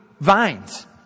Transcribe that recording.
vines